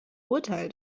urteil